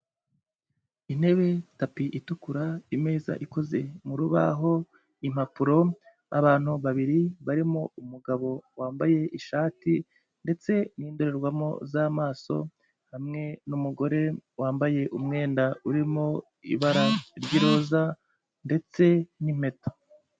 Intebe, tapi itukura, imeza ikoze mu rubaho, impapuro, abantu babiri barimo umugabo wambaye ishati, ndetse n'indorerwamo z'amaso, hamwe n'umugore wambaye umwenda urimo ibara ry'iroza ndetse n'impeta.